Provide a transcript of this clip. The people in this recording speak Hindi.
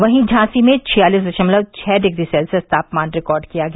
वहीं झांसी में छियालीस दशमलव छह डिग्री सेल्सियस तापमान रिकार्ड किया गया